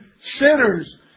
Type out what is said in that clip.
sinners